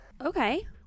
Okay